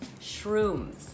shrooms